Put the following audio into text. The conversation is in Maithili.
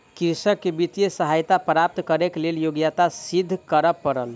कृषक के वित्तीय सहायता प्राप्त करैक लेल योग्यता सिद्ध करअ पड़ल